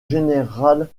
général